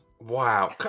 Wow